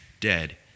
dead